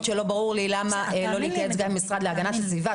שלא ברור לי למה לא להתייעץ גם עם המשרד להגנת הסביבה,